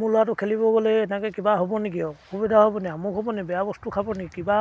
মোৰ ল'ৰাটো খেলিব গ'লে এনেকৈ কিবা হ'ব নেকি আকৌ অসুবিধা হ'ব নেকি আমুক হ'ব নেকি বেয়া বস্তু খাব নেকি কিবা